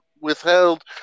withheld